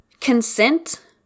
consent